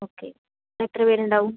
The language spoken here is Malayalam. ഓക്കെ എത്ര പേര് ഉണ്ടാകും